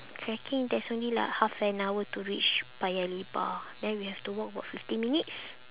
trekking there's only like half an hour to reach paya lebar then we have to walk about fifteen minutes